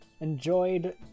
enjoyed